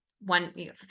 one